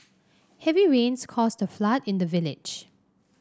heavy rains caused a flood in the village